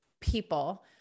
people